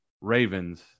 Ravens